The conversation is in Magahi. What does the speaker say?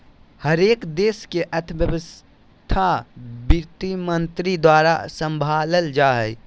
हरेक देश के अर्थव्यवस्था वित्तमन्त्री द्वारा सम्भालल जा हय